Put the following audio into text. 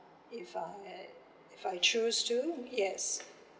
if I had if I choose to yes